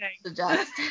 suggest